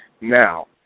Now